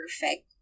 perfect